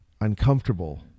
uncomfortable